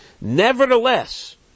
Nevertheless